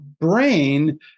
brain